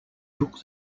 took